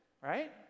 right